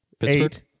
Eight